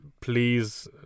please